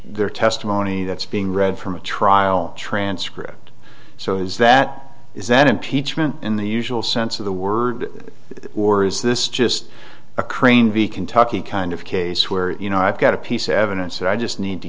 their testimony that's being read from a trial transcript so is that is that impeachment in the usual sense of the word or is this just a crane v kentucky kind of case where you know i've got a piece of evidence that i just need to